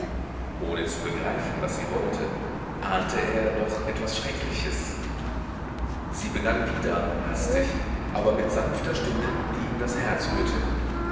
ohne zu begreifen was sie wollte ahnte er doch etwas schreckliches sie begann wieder hastig aber mit sanfter stimme die ihm das herz rührte